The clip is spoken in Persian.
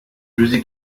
روزی